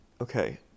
Okay